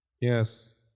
Yes